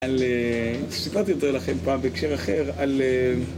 סיפרתי יותר לכם פעם בהקשר אחר על...